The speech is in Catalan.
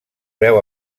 veu